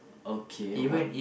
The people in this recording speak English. okay what